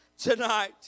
tonight